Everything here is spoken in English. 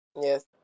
Yes